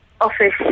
office